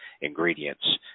ingredients